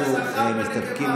מסתפקים,